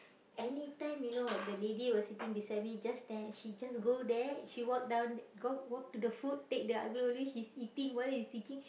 anytime you know the lady was sitting beside me just then he just go there she walk down go walk to the food take the aglio olio she's eating whatever he's teaching